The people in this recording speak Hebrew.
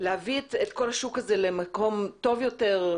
להביא את כל השוק הזה למקום טוב יותר,